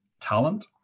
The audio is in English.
talent